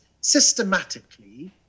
systematically